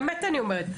באמת אני אומרת,